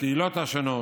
לקהילות השונות,